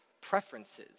preferences